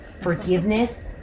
forgiveness